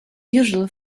usual